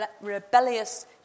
rebellious